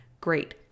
Great